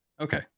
Okay